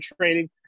training